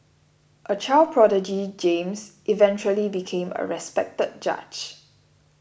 a child prodigy James eventually became a respected judge